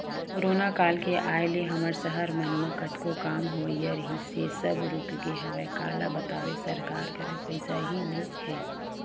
corona काल के आय ले हमर सहर मन म कतको काम होवइया रिहिस हे सब रुकगे हवय काला बताबे सरकार करा पइसा ही नइ ह